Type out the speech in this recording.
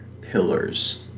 pillars